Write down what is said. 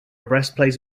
breastplate